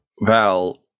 Val